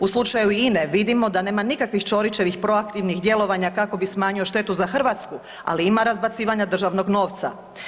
U slučaju INA-e vidimo da nema nikakvih Ćorićevih proaktivnih djelovanja kako bi smanjio štetu za Hrvatsku, ali ima razbacivanja državnog novca.